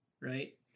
right